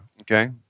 okay